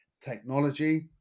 technology